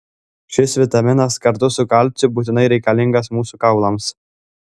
šis vitaminas kartu su kalciu būtinai reikalingas mūsų kaulams